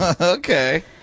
Okay